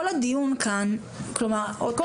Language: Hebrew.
כל הדיון כאן --- לא.